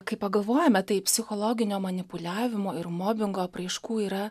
kai pagalvojame tai psichologinio manipuliavimo ir mobingo apraiškų yra